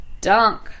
Dunk